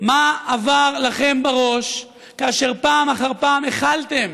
מה עבר עליכם בראש כאשר פעם אחרי פעם הכלתם